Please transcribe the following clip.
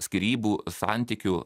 skyrybų santykių